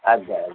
ଆଜ୍ଞା ଆଜ୍ଞା